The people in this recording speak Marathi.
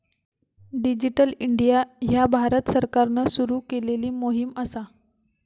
डिजिटल इंडिया ह्या भारत सरकारान सुरू केलेली मोहीम असा